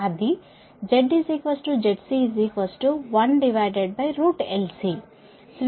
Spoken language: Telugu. అది Z ZC 1LC